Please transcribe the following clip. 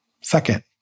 Second